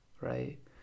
right